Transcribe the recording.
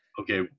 Okay